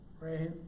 right